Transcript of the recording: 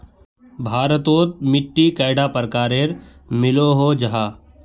भारत तोत मिट्टी कैडा प्रकारेर मिलोहो जाहा?